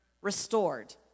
restored